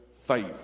faith